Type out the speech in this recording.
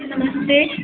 नमस्ते